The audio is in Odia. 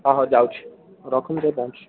ହଁ ହଁ ଯାଉଛି ରଖ ମୁଁ ଯାଇକି ପହଞ୍ଚୁଛି